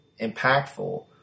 impactful